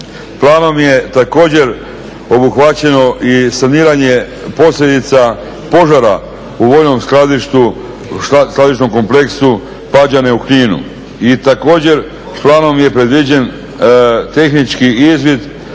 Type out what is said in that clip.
Planom je također obuhvaćeno i saniranje posljedica požara u vojnom skladišnom kompleksu … u Kninu i također planom je predviđen tehnički izvid